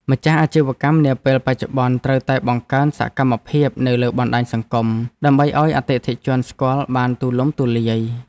ម្ចាស់អាជីវកម្មនាពេលបច្ចុប្បន្នត្រូវតែបង្កើនសកម្មភាពនៅលើបណ្តាញសង្គម ដើម្បីឱ្យអតិថិជនស្គាល់បានទូលំទូលាយ។